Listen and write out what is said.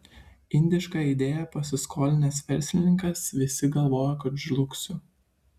indišką idėją pasiskolinęs verslininkas visi galvojo kad žlugsiu